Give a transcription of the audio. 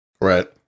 right